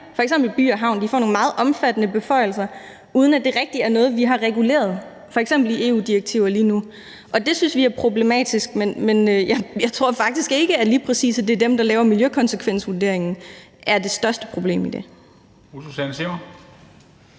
f.eks. By & Havn; de får nogle meget omfattende beføjelser, uden at det rigtig er noget, vi har reguleret, f.eks. i EU-direktiver, lige nu. Og det synes vi er problematisk. Men jeg tror faktisk ikke, at det lige præcis er dem, der laver miljøkonsekvensvurderingen, der er det største problem i det.